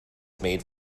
made